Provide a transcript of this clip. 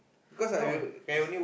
no